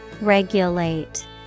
Regulate